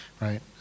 right